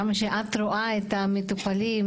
כמה שאת רואה את המטופלים,